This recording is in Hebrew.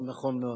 הוא נכון מאוד.